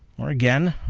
or again,